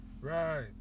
right